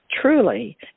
truly